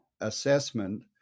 assessment